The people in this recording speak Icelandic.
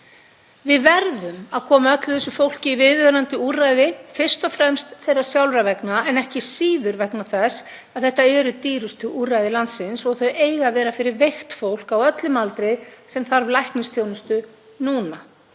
Við verðum að koma öllu þessu fólki í viðunandi úrræði, fyrst og fremst sjálfs þess vegna en ekki síður vegna þess að þetta eru dýrustu úrræði landsins og þau eiga að vera fyrir veikt fólk á öllum aldri sem þarf læknisþjónustu núna